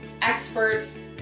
experts